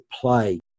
play